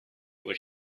with